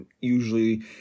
usually